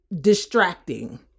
distracting